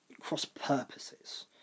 cross-purposes